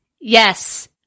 yes